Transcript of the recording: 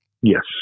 Yes